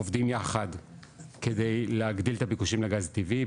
עובדים יחד כדי להגדיל את הביקושים לגז הטבעי,